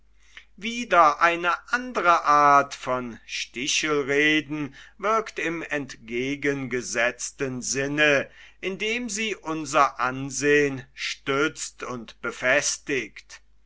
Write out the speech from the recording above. wieder eine andere art von stichelreden wirkt im entgegengesetzten sinne indem sie unser ansehen stützt und befestigt